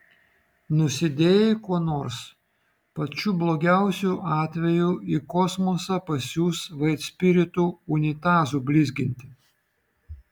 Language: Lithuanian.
nusidėjai kuo nors pačiu blogiausiu atveju į kosmosą pasiųs vaitspiritu unitazų blizginti